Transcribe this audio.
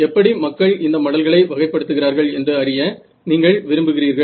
எப்படி மக்கள் இந்த மடல்களை வகைப்படுத்துகிறார்கள் என்று அறிய நீங்கள் விரும்புகிறீர்கள்